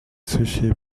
sushi